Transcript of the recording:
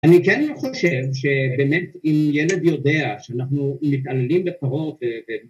אני כן חושב שבאמת אם ילד יודע שאנחנו מתעללים בפרות ו..